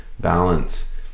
balance